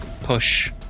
push